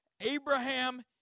Abraham